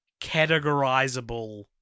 categorizable